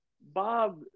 Bob